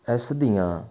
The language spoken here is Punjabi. ਇਸ ਦੀਆਂ